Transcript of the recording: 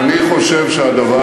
אף אחד